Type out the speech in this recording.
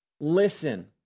Listen